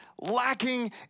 lacking